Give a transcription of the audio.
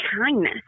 kindness